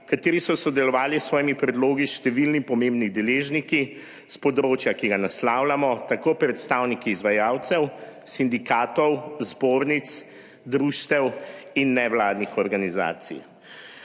katerih so sodelovali s svojimi predlogi številni pomembni deležniki s področja, ki ga naslavljamo, tako predstavniki izvajalcev, sindikatov, zbornic, društev in nevladnih organizacij.